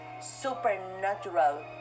supernatural